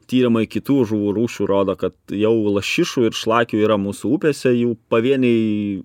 tyrimai kitų žuvų rūšių rodo kad jau lašišų ir šlakių yra mūsų upėse jų pavieniai